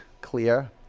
clear